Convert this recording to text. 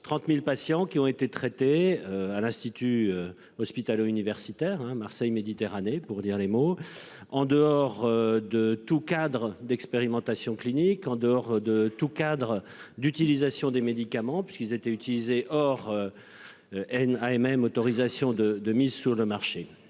30.000 patients qui ont été traités à l'institut hospitalo-universitaire Marseille Méditerranée pour dire les mots en dehors de tout cadre d'expérimentations cliniques en dehors de tout cadre d'utilisation des médicaments puisqu'ils étaient utilisés or. And AMM autorisation de de mise sur le marché.